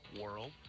world